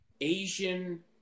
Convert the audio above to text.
Asian